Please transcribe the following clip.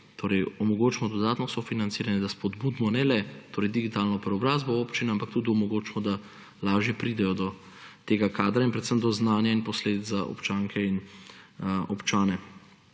da omogočimo dodatno sofinanciranje, da spodbudimo ne le digitalno preobrazbo občinam, ampak tudi omogočimo, da lažje pridejo do tega kadra in predvsem do znanja in posledic za občanke in občane.